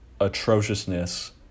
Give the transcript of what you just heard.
atrociousness